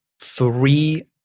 three